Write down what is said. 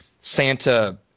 Santa